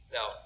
Now